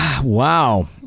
Wow